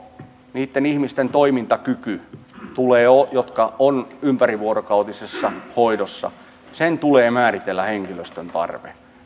niitten ihmisten toimintakyvyn jotka ovat ympärivuorokautisessa hoidossa tulee määritellä henkilöstön tarve